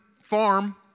farm